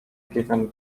given